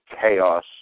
chaos